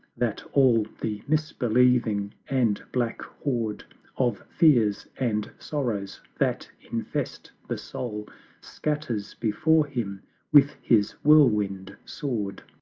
that all the misbelieving and black horde of fears and sorrows that infest the soul scatters before him with his whirlwind sword.